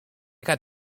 got